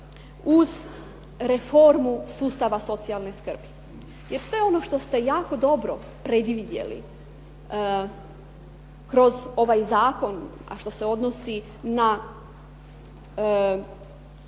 uz reformu sustava socijalne skrbi. Jer sve ono što ste jako dobro predvidjeli kroz ovaj zakon, a što se odnosi na